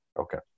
Okay